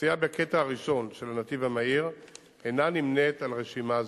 נסיעה בקטע הראשון של הנתיב המהיר אינה נמנית ברשימה זו.